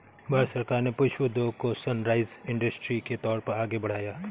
भारत सरकार ने पुष्प उद्योग को सनराइज इंडस्ट्री के तौर पर आगे बढ़ाया है